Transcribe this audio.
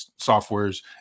softwares